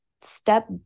step